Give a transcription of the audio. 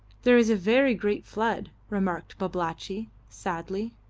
there is a very great flood, remarked babalatchi, sadly.